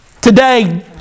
Today